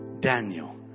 Daniel